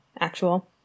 actual